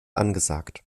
angesagt